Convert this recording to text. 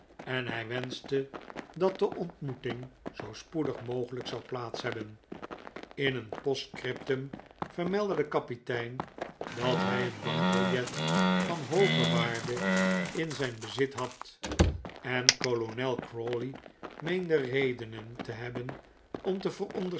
en hij wenschte dat de ontmoeting zoo spoedig mogelijk zou plaats hebben in een postscriptum vermeldde de kapitein dat hij een bankbiljet van hooge waarde in zijn bezit had en kolonel crawley meende redenen te hebben om te